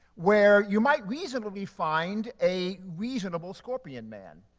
where you might reasonably find a reasonable scorpion man